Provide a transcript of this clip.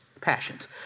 passions